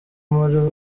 muri